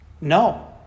No